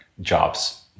jobs